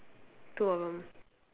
two of them